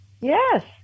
Yes